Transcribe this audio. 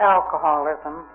Alcoholism